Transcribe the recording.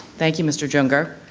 thank you, mr. junger.